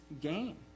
gain